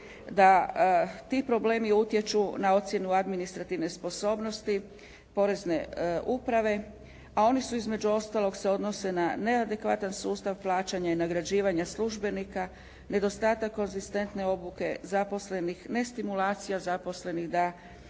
da ti problemi utječu na ocjenu administrativne sposobnosti, porezne uprave, a oni se između ostaloga se odnose na neadekvatan sustav plaćanja i nagrađivanja službenika, nedostatak konzistetne obuke, zaposlenih, ne stimulacija zaposlenih da